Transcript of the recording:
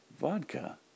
vodka